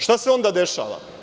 Šta se onda dešava?